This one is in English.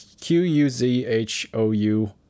Q-U-Z-H-O-U